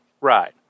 Right